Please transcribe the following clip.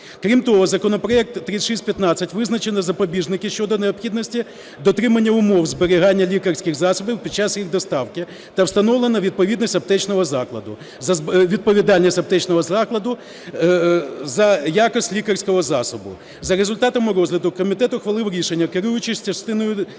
Крім того законопроектом 3615 визначені запобіжники щодо необхідності дотримання умов зберігання лікарських засобів під час їх доставки та встановлена відповідальність аптечного закладу за якісь лікарського засобу. За результатами розгляду комітет ухвалив рішення, керуючись частиною статті